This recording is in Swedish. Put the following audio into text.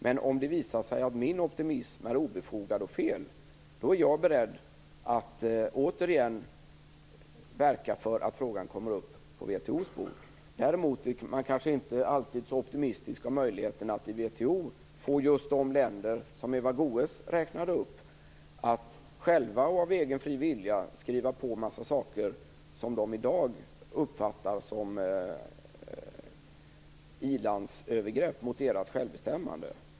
Men om det visar sig att min optimism är obefogad och felaktig, är jag beredd att återigen verka för att frågan kommer upp på WTO:s bord. Däremot är jag kanske inte alltid så optimistisk om möjligheten att till WTO få just de länder som Eva Goës räknade upp att själva, av egen fri vilja driva på i en massa sammanhang som de i dag uppfattar som i-landsövergrepp mot deras självbestämmande.